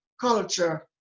culture